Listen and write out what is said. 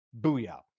booyah